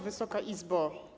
Wysoka Izbo!